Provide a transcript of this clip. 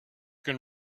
can